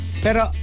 Pero